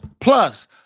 Plus